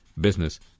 Business